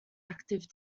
active